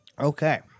Okay